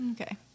Okay